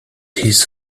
his